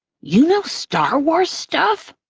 you know star wars stuff?